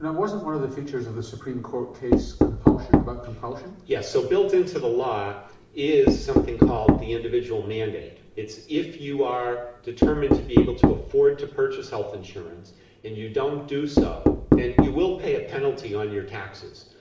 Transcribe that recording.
wasn't one of the features of the supreme court case about compulsion? yes, so built into the law is something called the individual mandate. it's if you are determined to be able to afford to purchase health insurance and you don't do so, then you will pay a penalty on your taxes.